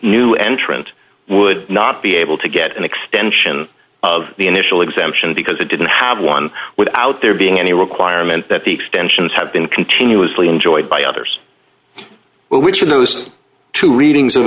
new entrant would not be able to get an extension of the initial exemption because it didn't have one without there being any requirement that the extensions have been continuously enjoyed by others which of those two reading